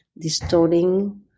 distorting